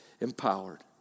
empowered